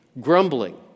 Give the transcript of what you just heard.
grumbling